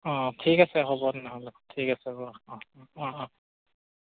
অঁ ঠিক আছে হ'ব তেনেহ'লে ঠিক আছে বাৰু অঁ অঁ অঁ